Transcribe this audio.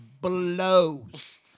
blows